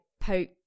poke